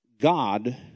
God